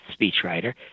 speechwriter